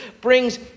brings